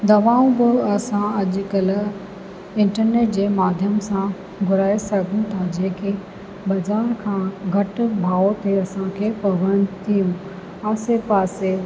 दवाऊं बि असां अॼु कल्ह इंटरनेट जे माध्यम सां घुराए सघूं था जेके बज़ार खां घटि भाव ते असांखे पवनि थियूं आसे पासे